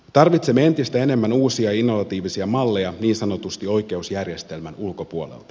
tarvitsemme entistä enemmän uusia innovatiivisia malleja niin sanotusti oikeusjärjestelmän ulkopuolelta